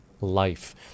life